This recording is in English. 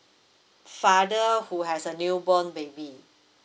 father who has a newborn baby